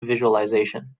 visualization